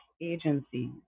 agencies